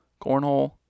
Cornhole